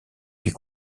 puis